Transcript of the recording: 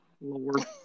Lord